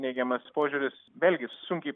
neigiamas požiūris vėlgi sunkiai